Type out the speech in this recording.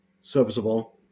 serviceable